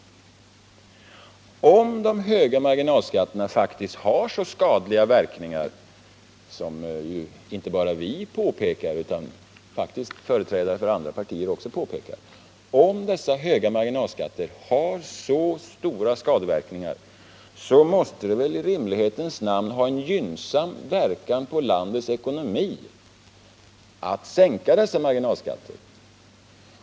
Om de höga marginalskatterna faktiskt har så skadliga verkningar som inte bara vi utan faktiskt också företrädare för andra partier påpekar, så måste det väl i rimlighetens namn ha en gynnsam verkan på landets ekonomi att sänka dessa marginalskatter.